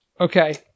Okay